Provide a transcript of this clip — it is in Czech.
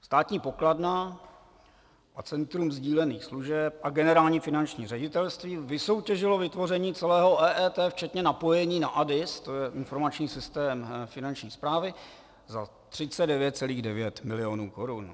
Státní pokladna, Centrum sdílených služeb a Generální finanční ředitelství vysoutěžilo vytvoření celého EET včetně napojení na ADIS, to je informační systém Finanční správy, za 39,9 mil. korun.